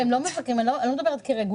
אני לא מדברת על הרגולציה.